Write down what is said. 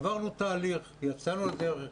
עברנו תהליך, יצאנו לדרך,